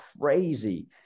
crazy